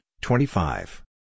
twenty-five